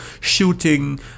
shooting